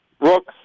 Brooks